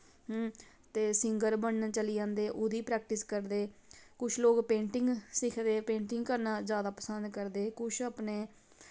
ते सिंगर बनन चली जंदे उह्दी परैक्टिस करदे कुछ लोग पेंटिग सिखदे पेंटिग करना जादा पसंद करदे कुछ अपने